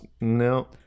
No